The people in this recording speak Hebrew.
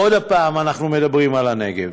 עוד פעם אנחנו מדברים על הנגב,